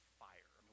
fire